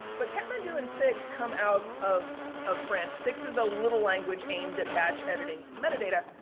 but, katmandu in fixed come out of of france. fix is a little language aimed at batch editing metadata,